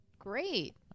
Great